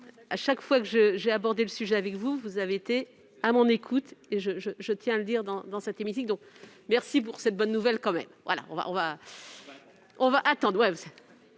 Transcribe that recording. À chaque fois que j'ai abordé ce sujet avec vous, vous avez été à mon écoute, je tiens à le dire dans cet hémicycle. Merci donc pour cette bonne nouvelle ...